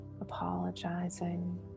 apologizing